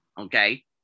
okay